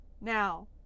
now